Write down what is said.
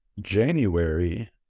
January